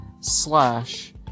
slash